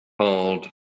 called